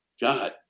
God